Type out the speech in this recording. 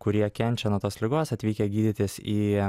kurie kenčia nuo tos ligos atvykę gydytis į